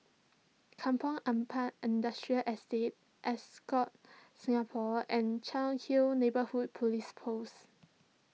Kampong Ampat Industrial Estate Ascott Singapore and Cairnhill Neighbourhood Police Post